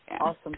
Awesome